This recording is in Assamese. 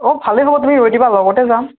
অ' ভালে হ'ব তুমি ৰৈ দিবা লগতে যাম